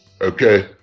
okay